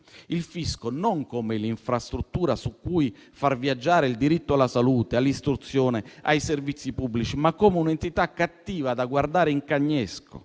il fisco non come l'infrastruttura su cui far viaggiare il diritto alla salute, all'istruzione, ai servizi pubblici, ma come un'entità cattiva da guardare in cagnesco;